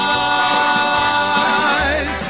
eyes